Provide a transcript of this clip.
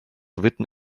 written